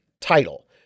title